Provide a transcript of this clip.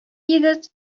егет